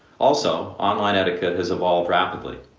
also, online etiquette has evolved rapidly.